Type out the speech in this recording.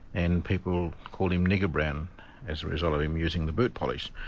and people called him nigger brown as a result of him using the boot polish.